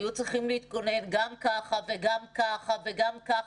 היו צריכים להתכונן גם כך וגם כך וגם כך.